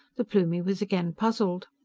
the plumie was again puzzled.